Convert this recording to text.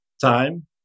time